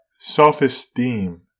self-esteem